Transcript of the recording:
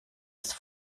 ist